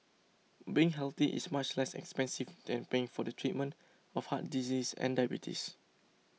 being healthy is much less expensive than paying for the treatment of heart disease and diabetes